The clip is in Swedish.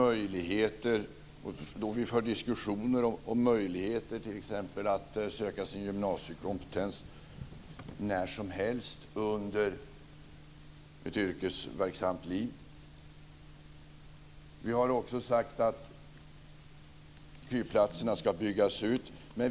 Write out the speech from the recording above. Vi för t.ex. diskussioner om möjligheter att söka sin gymnasiekompetens när som helst under ett yrkesverksamt liv. Vi har också sagt att KY-platserna ska byggas ut.